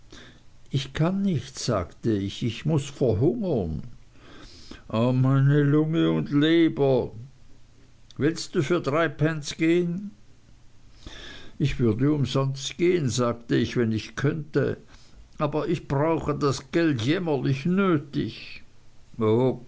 ich kann nicht sagte ich ich muß verhungern o meine lunge ünd leber willst du für drei pence gehen ich würde umsonst gehen sagte ich wenn ich könnte aber ich brauche das geld jämmerlich nötig